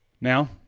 Now